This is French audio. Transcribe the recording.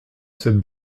cette